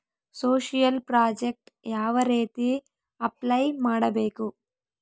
Social project ಯಾವ ರೇತಿ apply ಮಾಡಬೇಕು?